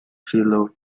philo